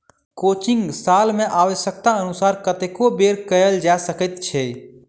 crutching साल मे आव्श्यकतानुसार कतेको बेर कयल जा सकैत छै